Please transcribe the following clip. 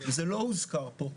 וזה לא הוזכר פה,